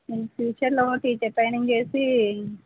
ma'am ఫ్యూచర్లో teacher training చేసి